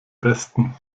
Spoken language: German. besten